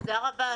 12:37) תודה רבה,